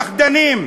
פחדנים.